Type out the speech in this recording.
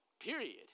period